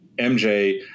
MJ